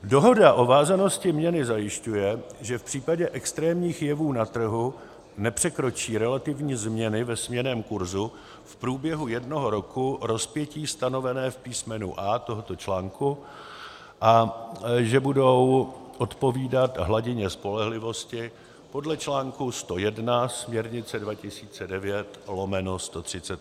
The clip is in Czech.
dohoda o vázanosti měny zajišťuje, že v případě extrémních jevů na trhu nepřekročí relativní změny ve směnném kurzu v průběhu jednoho roku rozpětí stanovené v písmenu a) tohoto článku a že budou odpovídat hladině spolehlivosti podle článku 101 směrnice 2009/138;